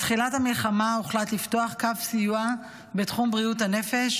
מתחילת המלחמה הוחלט לפתוח קו סיוע בתחום בריאות הנפש.